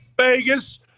Vegas